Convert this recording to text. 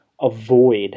avoid